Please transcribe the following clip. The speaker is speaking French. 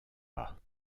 pas